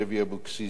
שלי יחימוביץ,